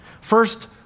First